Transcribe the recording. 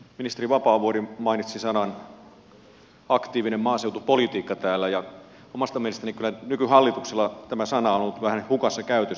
ministeri vapaavuori mainitsi täällä sanat aktiivinen maaseutupolitiikka ja omasta mielestäni kyllä nykyhallituksella nämä sanat ovat olleet vähän hukassa poissa käytöstä